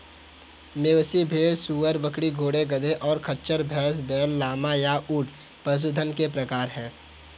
मवेशी, भेड़, सूअर, बकरी, घोड़े, गधे, और खच्चर, भैंस, बैल, लामा, या ऊंट पशुधन के प्रकार हैं